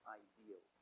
ideal